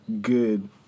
good